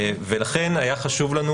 ולכן היה חשוב לנו,